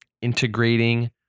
Integrating